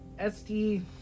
SD